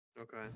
Okay